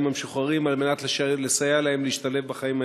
המשוחררים על מנת לסייע להם להשתלב בחיים האזרחיים.